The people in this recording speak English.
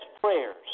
prayers